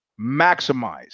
Maximize